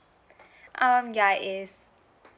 um ya is